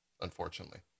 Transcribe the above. unfortunately